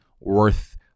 worth